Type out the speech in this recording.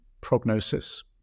prognosis